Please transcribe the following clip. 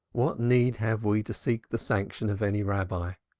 what need have we to seek the sanction of any rabbi?